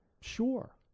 sure